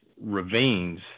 ravines